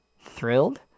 thrilled